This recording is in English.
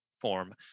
form